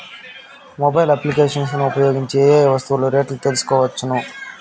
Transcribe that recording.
Mobile applications ను ఉపయోగించి ఏ ఏ వస్తువులు రేట్లు తెలుసుకోవచ్చును?